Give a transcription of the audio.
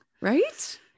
right